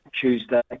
Tuesday